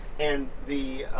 and the